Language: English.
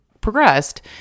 progressed